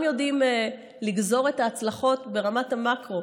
יודעים לגזור את ההצלחות ברמת המקרו,